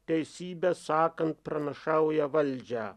teisybę sakant pranašauja valdžią